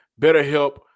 BetterHelp